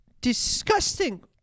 disgusting